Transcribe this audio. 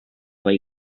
või